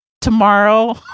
tomorrow